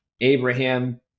Abraham